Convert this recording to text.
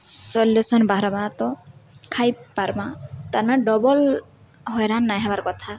solution ବାହାରମା ତ ଖାଇ ପାର୍ମା ତାହାଲେ ଡବଲ ହଇରାଣ ନାଇଁ ହବାର୍ କଥା